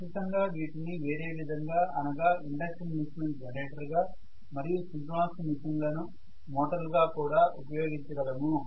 ఖచ్చితంగా వీటిని వేరే విధంగా అనగా ఇండక్షన్ మెషీన్ లను జనరేటర్ గా మరియు సింక్రోనస్ మెషీన్ లను మోటార్లగా కూడా ఉపయోగించగలము